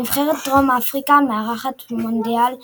נבחרת דרום אפריקה, מארחת מונדיאל 2010,